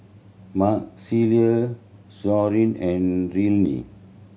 Marcelle Shon and Rillie